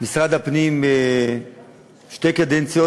במשרד הפנים שתי קדנציות,